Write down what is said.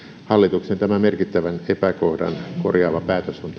tämän merkittävän epäkohdan korjaava hallituksen päätös on